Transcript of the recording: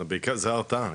זה בעיקר הרתעה.